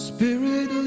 Spirit